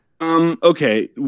Okay